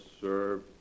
serve